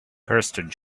kirsten